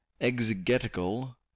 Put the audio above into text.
exegetical